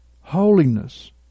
holiness